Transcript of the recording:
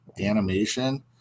animation